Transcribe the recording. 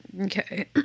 okay